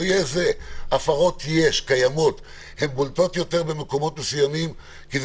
יש הפרות והן בולטות יותר במקומות מסוימים כי הן